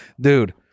Dude